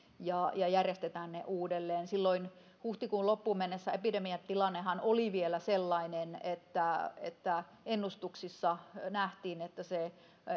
ja ja järjestetään valinnat uudelleen silloin huhtikuun lopullahan epidemiatilanne oli vielä sellainen että että ennustuksissa nähtiin että se